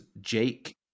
Jake